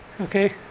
okay